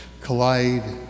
collide